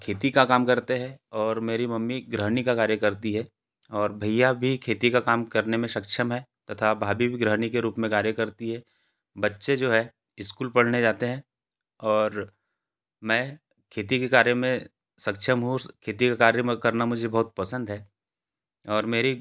खेती का काम करते हैं और मेरी मम्मी गृहिणी का कार्य करती है और भैया भी खेती का काम करने में सक्षम है तथा भाभी भी गृहिणी के रूप में कार्य करती है बच्चे जो है स्कूल पढ़ने जाते हैं और मैं खेती के कार्य में सक्षम हूँ खेती का कार्य करना मुझे बहुत पसंद है और मेरी